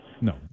No